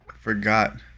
Forgot